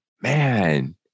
Man